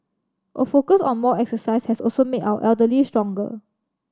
a focus on more exercise has also made our elderly stronger